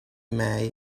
may